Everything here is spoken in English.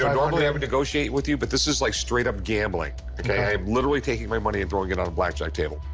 normally i would negotiate with you, but this is like straight up gambling. ok? i am literally taking my money and throwing it on a blackjack table.